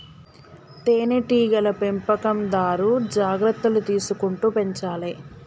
తేనె టీగల పెంపకందారు జాగ్రత్తలు తీసుకుంటూ పెంచాలే